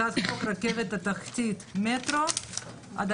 הצעת חוק רכבת תחתית (מטרו) (תיקון), התשפ"א-2021.